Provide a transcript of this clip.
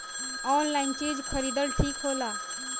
Online चीज खरीदल ठिक होला?